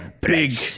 big